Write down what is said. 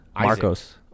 marcos